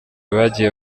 bagiye